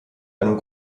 einem